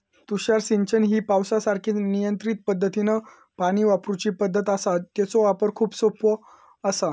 तुषार सिंचन ही पावसासारखीच नियंत्रित पद्धतीनं पाणी वापरूची पद्धत आसा, तेचो वापर खूप सोपो आसा